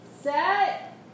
set